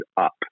up